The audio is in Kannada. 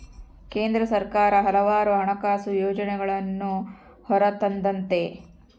ಕೇಂದ್ರ ಸರ್ಕಾರ ಹಲವಾರು ಹಣಕಾಸು ಯೋಜನೆಗಳನ್ನೂ ಹೊರತಂದತೆ